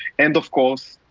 and of course,